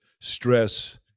stress